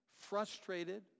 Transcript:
frustrated